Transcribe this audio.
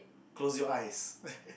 close your eyes